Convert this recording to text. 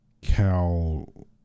Cal